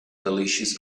delicious